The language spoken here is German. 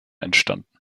entstanden